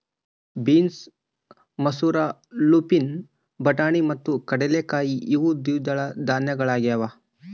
beans ಮಸೂರ lupin ಬಟಾಣಿ ಮತ್ತು ಕಡಲೆಕಾಯಿ ಇವು ದ್ವಿದಳ ಧಾನ್ಯಗಳಾಗ್ಯವ